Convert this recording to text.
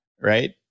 right